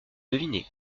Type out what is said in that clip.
deviné